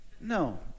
No